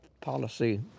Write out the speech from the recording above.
policy